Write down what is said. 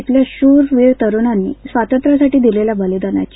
इथल्या शूरवीर तरुणांनी स्वातंत्र्यासाठी दिलेल्या बलिदानाची